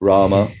Rama